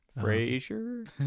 Frasier